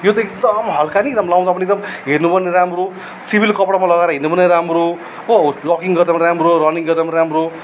यो त एकदमै हल्का नि एकदम लाउँदा पनि एकदम हेर्नु पनि राम्रो सिबिल कपडामा लगाएर हिँड्नु पनि राम्रो हो जगिङ गर्दा पनि राम्रो रनिङ गर्दा पनि राम्रो